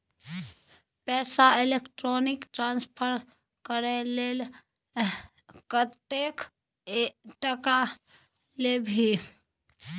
पैसा electronic transfer करय लेल कतेक टका लेबही